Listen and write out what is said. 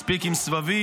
מספיק עם סבבים.